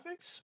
graphics